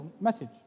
message